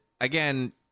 again